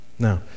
Now